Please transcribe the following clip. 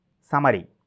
Summary